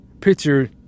picture